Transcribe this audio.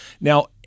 Now